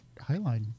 Highline